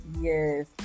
Yes